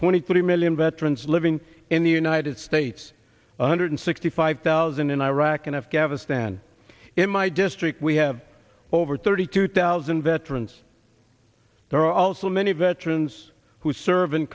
twenty three million veterans living in the united states one hundred sixty five thousand in iraq and afghanistan in my district we have over thirty two thousand veterans there are also many veterans who serve in